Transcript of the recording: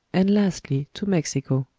and lastly to mexico.